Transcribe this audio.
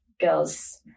girls